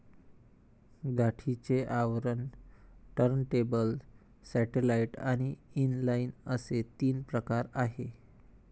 गाठीचे आवरण, turntable, satellite आणि इनलाइन असे तीन प्रकार आहे